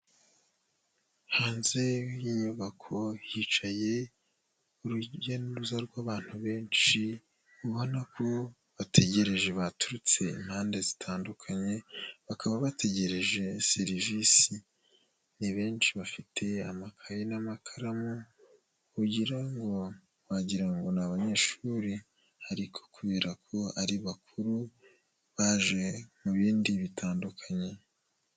Hanze y'inyubako hicaye urujya n'uruza rw'abantu benshi ubona ko bategereje baturutse impande zitandukanye, bakaba bategereje serivisi ni benshi bafite amakaye n'amakaramu, kugira ngo wagirango ngo ni abanyeshuri, ariko kubera ko ari bakuru baje mu bindi bitandukanye.